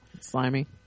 slimy